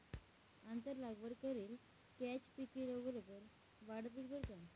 आंतर लागवड करेल कॅच पिके लवकर वाढतंस बरं का